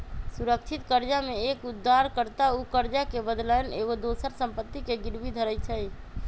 सुरक्षित करजा में एक उद्धार कर्ता उ करजा के बदलैन एगो दोसर संपत्ति के गिरवी धरइ छइ